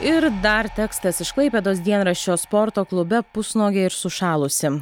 ir dar tekstas iš klaipėdos dienraščio sporto klube pusnuogė ir sušalusi